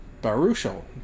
Baruchel